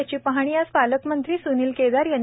याची पाहणी आज पालकमंत्री स्नील केदार यांनी केली